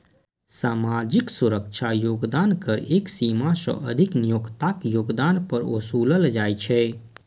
सामाजिक सुरक्षा योगदान कर एक सीमा सं अधिक नियोक्ताक योगदान पर ओसूलल जाइ छै